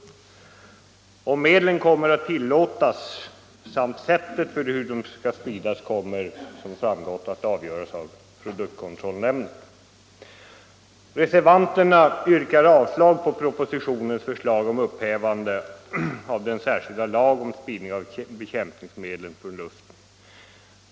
Frågan om huruvida medlen kommer att tillåtas och sättet för hur de skall spridas kommer att avgöras av produktkontrollnämnden. Reservanterna yrkar avslag på propositionens förslag om upphävande av den särskilda lagen om spridning av bekämpningsmedel från luften.